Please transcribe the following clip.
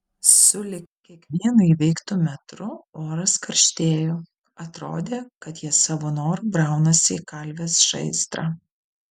sulig kiekvienu įveiktu metru oras karštėjo atrodė kad jie savo noru braunasi į kalvės žaizdrą